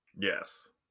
Yes